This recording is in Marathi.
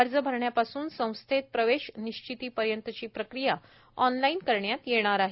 अर्ज भरण्यापासून संस्थेत प्रवेश निश्चितीपर्यंतची प्रक्रिया ऑनलाईन करता येणार आहे